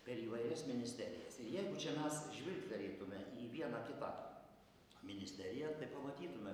per įvairias ministerijas jeigu čia mes žvilgterėtume į vieną kitą ministeriją tai pamatytume